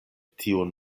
tiun